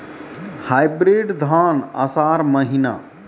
Hybrid धान आषाढ़ महीना?